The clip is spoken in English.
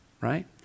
right